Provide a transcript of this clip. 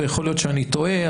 ויכול להיות שאני טועה,